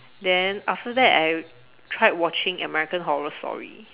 then after that I tried watching American horror story